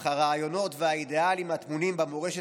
אך הרעיונות והאידיאלים הטמונים במורשת